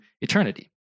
eternity